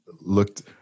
looked